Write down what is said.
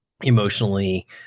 emotionally